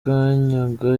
makanyaga